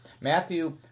Matthew